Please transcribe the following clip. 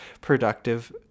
productive